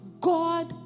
God